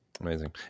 Amazing